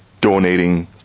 donating